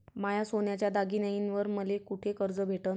माया सोन्याच्या दागिन्यांइवर मले कुठे कर्ज भेटन?